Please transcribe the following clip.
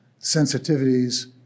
Sensitivities